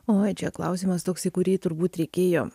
oi čia klausimas toks į kurį turbūt reikėjo